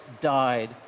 died